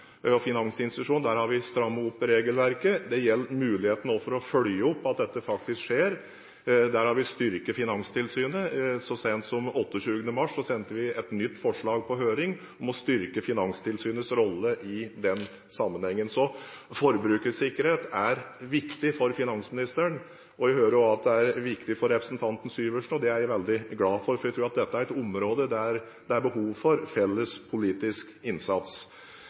og finansinstitusjonene. Der har vi strammet opp regelverket. Det gjelder også muligheten til å følge opp at dette faktisk skjer. Der har vi styrket Finanstilsynet. Så sent som 27. mars sendte vi på høring et nytt forslag om å styrke Finanstilsynets rolle i den sammenheng. Forbrukersikkerhet er viktig for finansministeren, og jeg hører at det også er viktig for representanten Syversen. Det er jeg veldig glad for, for jeg tror dette er et område der det er behov for felles politisk innsats.